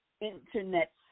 Internet